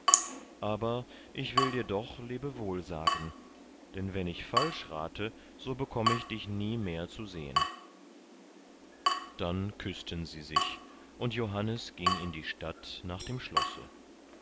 aber ich will dir doch lebewohl sagen denn wenn ich falsch rate so bekomme ich dich nie mehr zu sehen dann küßten sie sich und johannes ging in die stadt nach dem schlosse